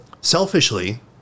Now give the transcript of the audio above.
selfishly